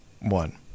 one